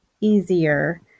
easier